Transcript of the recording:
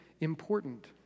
important